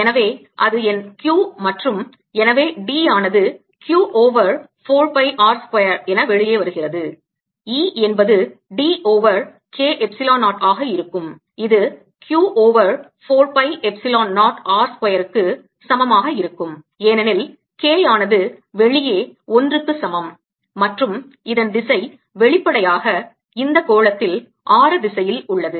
எனவே அது என் Q மற்றும் எனவே D ஆனது Q over 4 pi r square என வெளியே வருகிறது E என்பது D ஓவர் K எப்சிலோன் 0 ஆக இருக்கும் இது Q over 4 pi epsilon 0 r square க்கு சமமாக இருக்கும் ஏனெனில் K ஆனது வெளியே 1 க்கு சமம் மற்றும் இதன் திசை வெளிப்படையாக இந்த கோளத்தில் ஆர திசையில் உள்ளது